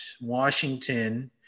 Washington